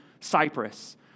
Cyprus